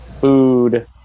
food